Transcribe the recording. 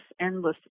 endless